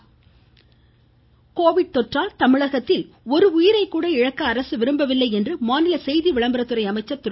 கடம்பூர் ராஜீ கொரோனாவால் தமிழகத்தில் ஒரு உயிரைக்கூட இழக்க அரசு விரும்பவில்லை என்று மாநில செய்தி விளம்பரத்துறை அமைச்சர் திரு